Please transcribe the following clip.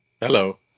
Hello